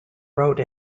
wrote